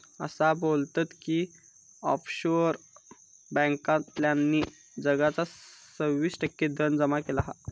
असा बोलतत की ऑफशोअर बॅन्कांतल्यानी जगाचा सव्वीस टक्के धन जमा केला हा